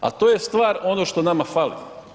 Ali to je stvar ono što nama fali.